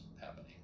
happening